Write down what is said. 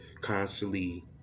constantly